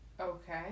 Okay